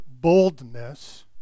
boldness